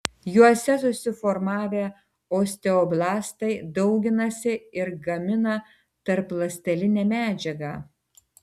juose susiformavę osteoblastai dauginasi ir gamina tarpląstelinę medžiagą